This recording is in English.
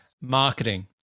marketing